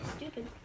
stupid